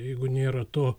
jeigu nėra to